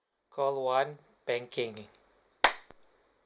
call one banking